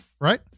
Right